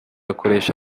akoresha